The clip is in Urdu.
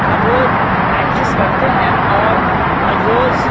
ہر روز پریکٹس کرتے ہیں اور ہر روز